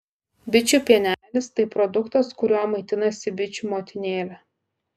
bičių pienelis tai produktas kuriuo maitinasi bičių motinėlė